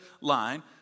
line